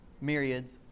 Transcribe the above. myriads